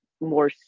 more